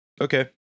Okay